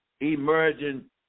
emerging